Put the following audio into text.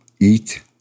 eat